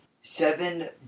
Seven